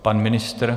Pan ministr?